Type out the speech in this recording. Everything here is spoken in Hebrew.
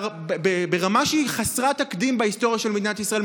ברמה שהיא חסרת תקדים בהיסטוריה של מדינת ישראל?